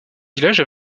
village